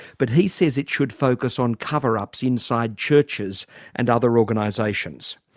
but he says it should focus on cover-ups inside churches and other organisations.